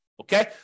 Okay